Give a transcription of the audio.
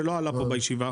שלא עלה פה בישיבה.